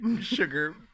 sugar